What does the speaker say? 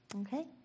Okay